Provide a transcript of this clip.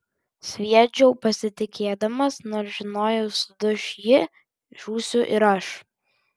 sviedžiau pasitikėdamas nors žinojau suduš ji žūsiu ir aš